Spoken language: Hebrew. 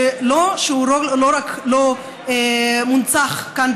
שלא רק שלא הונצח כאן,